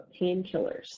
painkillers